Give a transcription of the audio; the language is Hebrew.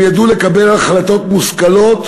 הם ידעו לקבל החלטות מושכלות,